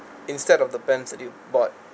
instead of the pens that you bought